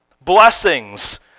blessings